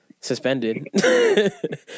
suspended